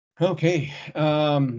Okay